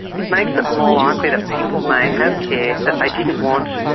it makes it more likely that people may have care that they didn't want,